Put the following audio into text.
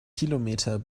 kilometer